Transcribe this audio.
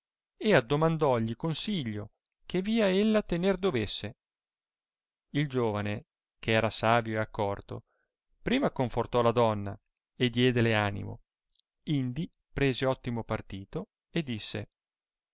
marito e addomandògli consiglio che via ella tener dovesse il giovane che era savio e accorto prima confortò la donna e diedele animo indi prese ottimo partito e disse